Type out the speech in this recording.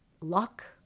luck